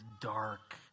dark